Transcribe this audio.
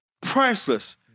Priceless